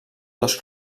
dos